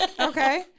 okay